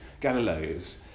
Galileo's